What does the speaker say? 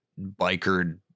biker